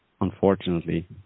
unfortunately